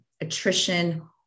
attrition